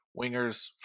wingers